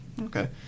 okay